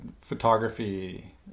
photography